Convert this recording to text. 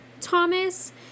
Thomas